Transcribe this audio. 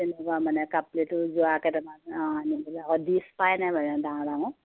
তেনেকুৱা মানে কাপ প্লেটো যোৱা কেইটামান অঁ আনিলে আকৌ ডিচ পায় নাই মানে ডাঙৰ ডাঙৰ